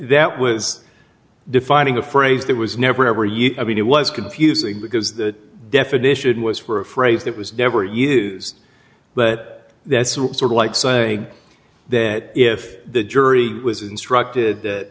that was defining a phrase that was never ever you i mean it was confusing because that definition was for a phrase that was never used but that's sort of like say that if the jury was instructed that